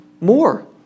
More